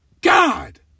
God